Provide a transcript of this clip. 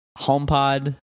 homepod